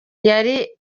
yari